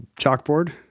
chalkboard